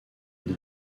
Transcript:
une